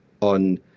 on